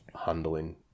handling